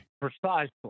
Precisely